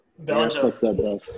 Belgium